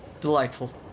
Delightful